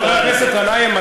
חבר הכנסת גנאים,